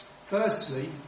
Firstly